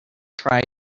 try